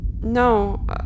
No